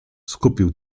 skupił